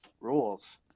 rules